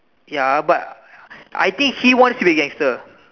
ya but I think he wants to be a gangster